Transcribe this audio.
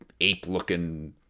ape-looking